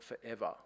forever